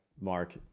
Mark